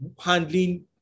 handling